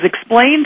explained